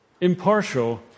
impartial